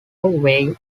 way